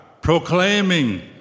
proclaiming